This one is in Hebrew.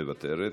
מוותרת.